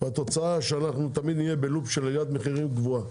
והתוצאה שאנחנו תמיד נהיה בלופ של עליית מחירים גבוהה.